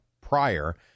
prior